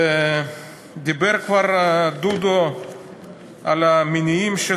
דיבר כבר דודו על המניעים של